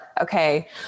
okay